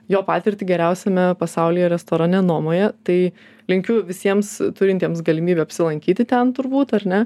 jo patirtį geriausiame pasaulyje restorane nomoje tai linkiu visiems turintiems galimybę apsilankyti ten turbūt ar ne